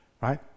right